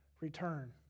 return